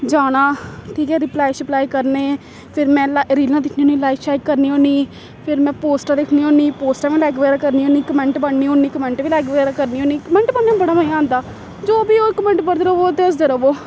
जाना ठीक ऐ रिप्लाई शिप्लाई करने फिर में रीलां दिक्खनी होन्नी लाइक शाइक करनी होन्नी फिर में पोस्टां दिक्खनी होन्नी पोस्टां बी लाइक बगैरा करनी होन्नी कमैंट पढ़नी होन्नी कमैंट बी लाइक बगैरा करनी होन्नी कमैंट पढ़ने दा बड़ा मज़ा आंदा जो बी ओह् कमैंट पढ़दे रवो ते हसदे रवो